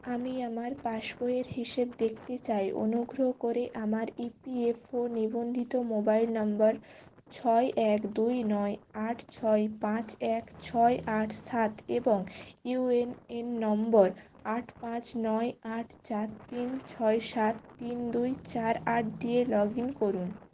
আমি আমার পাসবইয়ের হিসেব দেখতে চাই অনুগ্রহ করে আমার ইপিএফও নিবন্ধিত মোবাইল নম্বর ছয় এক দুই নয় আট ছয় পাঁচ এক ছয় আট সাত এবং ইউএএন নম্বর আট পাঁচ নয় আট চার তিন ছয় সাত তিন দুই চার আট দিয়ে লগ ইন করুন